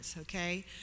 okay